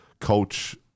coach